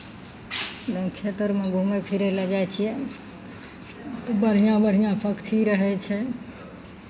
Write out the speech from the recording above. गहुम खेत अरमे घूमय फिरय लए जाइ छियै बढ़िआँ बढ़िआँ पक्षी रहै छै